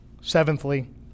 Seventhly